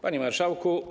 Panie Marszałku!